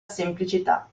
semplicità